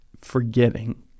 forgetting